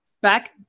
Back